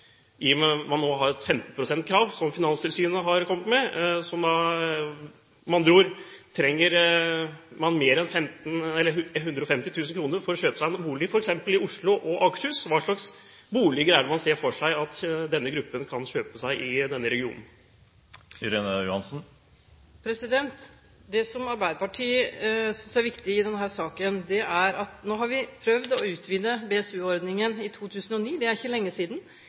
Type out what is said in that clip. år? Vil man kanskje også se nærmere på kravet til 15 pst. egenkapital som Finanstilsynet har kommet med? Med andre ord: Trenger man mer enn 150 000 kr for å kjøpe seg en bolig, f.eks. i Oslo og Akershus, hva slags boliger er det man ser for seg at denne gruppen kan kjøpe i denne regionen? Nå har vi prøvd å utvide BSU-ordningen, i 2009 – det er ikke lenge siden. Det som Arbeiderpartiet synes er viktig i denne saken, er at vi må prøve ut det